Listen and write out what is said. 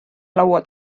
laua